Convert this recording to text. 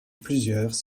plusieurs